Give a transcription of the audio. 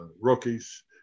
rookies